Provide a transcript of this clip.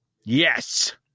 Yes